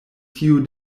tiu